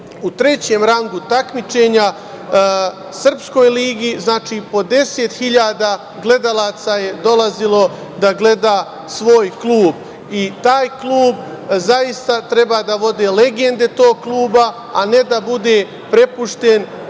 u trećem rangu takmičenja, srpskoj ligi, po 10.000 gledalaca je dolazilo da gleda svoj klub i taj klub zaista treba da vode legende tog kluba, a ne da bude prepušten